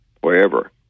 wherever